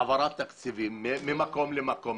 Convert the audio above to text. העברת תקציבים ממקום למקום,